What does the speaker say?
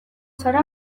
zara